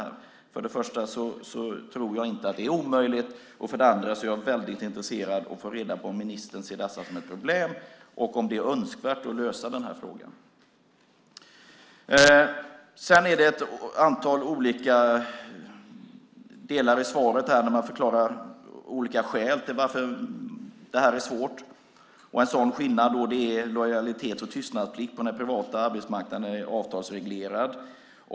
Jag tror inte att det är omöjligt och jag är väldigt intresserad av att få reda på om ministern ser detta som ett problem och om det är önskvärt att lösa frågan. I svaret anger man olika skäl till att det här är svårt. En skillnad är att lojalitets och tystnadsplikt på den privata arbetsmarknaden är avtalsreglerad.